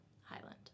Highland